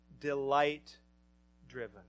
delight-driven